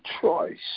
choice